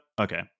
okay